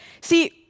See